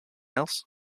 else